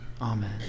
Amen